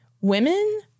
women